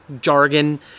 jargon